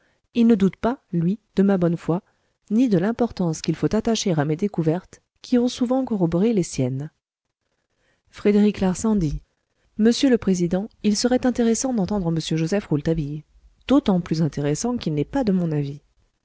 il ne doute pas lui de ma bonne foi ni de l'importance qu'il faut attacher à mes découvertes qui ont souvent corroboré les siennes frédéric larsan dit monsieur le président il serait intéressant d'entendre m joseph rouletabille d'autant plus intéressant qu'il n'est pas de mon avis